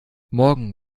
morgen